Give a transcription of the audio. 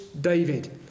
David